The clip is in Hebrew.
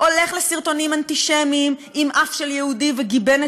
הולך לסרטונים אנטישמיים עם אף של יהודי וגיבנת